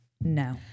no